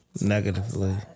Negatively